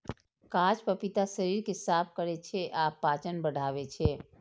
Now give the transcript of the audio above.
कांच पपीता शरीर कें साफ करै छै आ पाचन बढ़ाबै छै